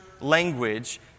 language